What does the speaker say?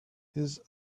his